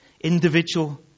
individual